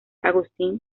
agustín